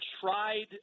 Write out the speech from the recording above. tried